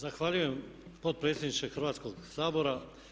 Zahvaljujem potpredsjedniče Hrvatskoga sabora.